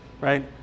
right